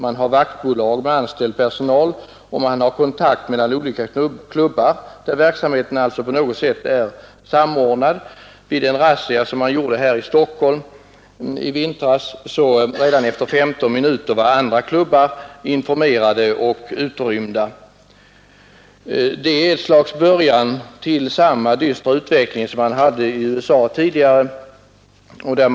Man har vaktbolag med anställd personal, och man har kontakt mellan olika klubbar, där verksamheten är samordnad på något sätt. Vid en polisrazzia som gjordes på en spelklubb här i Stockholm i vintras var redan efter femton minuter andra klubbar informerade och utrymda. Det är ett slags början på samma dystra utveckling som man tidigare haft i USA.